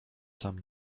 tam